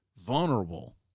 vulnerable